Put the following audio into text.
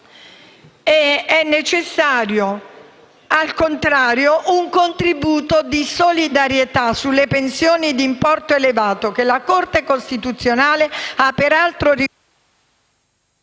è necessario, al contrario, un contributo di solidarietà sulle pensioni di importo elevato che la Corte costituzionale ha peraltro riconosciuto